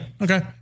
okay